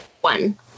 one